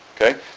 Okay